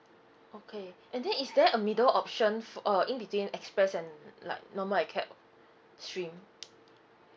okay and then is there a middle option for uh in between express and like normal acad stream